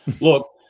Look